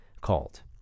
called